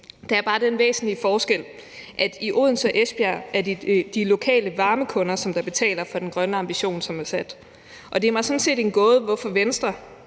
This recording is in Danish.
Der er bare den væsentlige forskel, at i Odense og Esbjerg er det de lokale varmekunder, som betaler for den grønne ambition, som er sat. Og det er mig sådan set en gåde, hvorfor Venstre,